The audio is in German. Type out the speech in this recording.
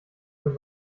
man